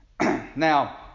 Now